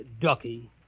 ducky